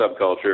subculture